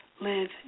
live